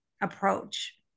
approach